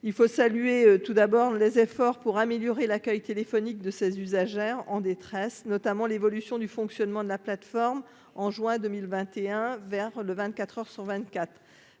il faut saluer tout d'abord, les efforts pour améliorer l'accueil téléphonique de 16 usagère en détresse, notamment l'évolution du fonctionnement de la plateforme en juin 2021 vers le vingt-quatre